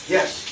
Yes